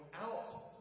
out